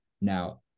now